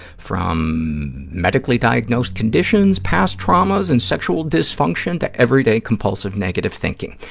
from medically diagnosed conditions, past traumas and sexual dysfunction to everyday compulsive negative thinking.